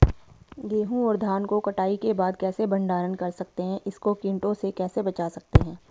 गेहूँ और धान को कटाई के बाद कैसे भंडारण कर सकते हैं इसको कीटों से कैसे बचा सकते हैं?